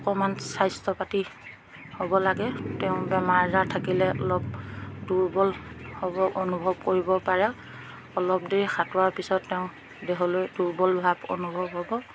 অকণমান স্বাস্থ্য পাতি হ'ব লাগে তেওঁ বেমাৰ আজাৰ থাকিলে অলপ দুৰ্বল হ'ব অনুভৱ কৰিব পাৰে অলপ দেৰি সাঁতুৰাৰ পিছত তেওঁ দেহলৈ দুৰ্বল ভাৱ অনুভৱ হ'ব